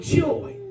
joy